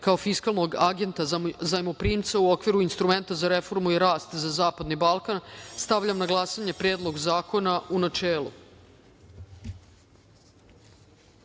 kao fiskalnog agenta zajmoprimca, u okviru Instrumenta za reformu i rast za Zapadni Balkan. Stavljam na glasanje Predlog zakona, u